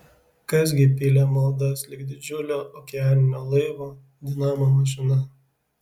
kas gi pylė maldas lyg didžiulio okeaninio laivo dinamo mašina